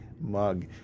mug